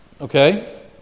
Okay